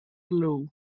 blue